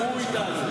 דברו איתנו,